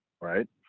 Right